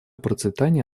процветание